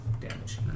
damage